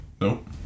Nope